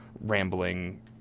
Rambling